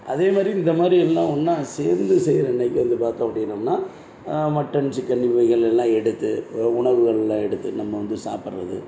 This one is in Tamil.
அதே மாதிரி இந்த மாதிரி எல்லாம் ஒன்றா சேர்ந்து செய்கிற அன்னைக்கு வந்து பார்த்தோம் அப்படின்னோம்னா மட்டன் சிக்கன் மீன் எல்லாம் எடுத்து உணவுகள்லாம் எடுத்து நம்ம வந்து சாப்பிட்றது